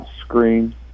screen